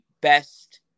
best –